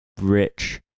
rich